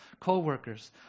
co-workers